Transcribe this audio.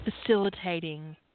facilitating